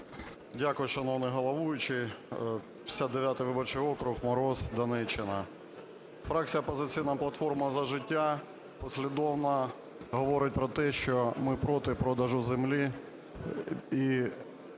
Дякую, шановний головуючий. 59-й виборчій округ, Мороз, Донеччина. Фракція "Опозиційна платформа – За життя" послідовно говорить про те, що ми - проти продажу землі